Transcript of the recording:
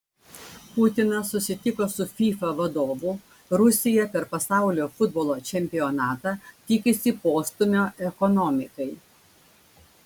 putinas susitiko su fifa vadovu rusija per pasaulio futbolo čempionatą tikisi postūmio ekonomikai